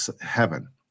heaven